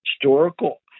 historical